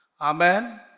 Amen